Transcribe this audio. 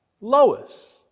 Lois